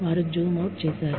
వారు zoom out చేశారు